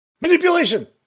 Manipulation